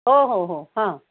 हो हो हो हां